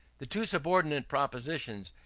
the two subordinate propositions,